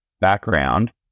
background